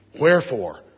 Wherefore